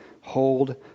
hold